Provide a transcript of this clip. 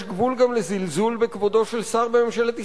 יש גבול גם לזלזול בכבודו של שר בממשלת ישראל.